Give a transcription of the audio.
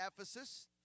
Ephesus